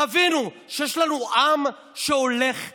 תבינו שיש לנו עם שהולך ומת.